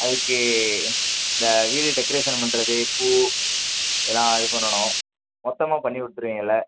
அதுக்கு இந்த வீடு டெக்கரேஷன் பண்ணுறது பூ இதல்லாம் இது பண்ணணும் மொத்தமாக பண்ணிக் கொடுத்துருவீங்கல்ல